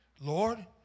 Lord